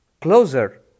closer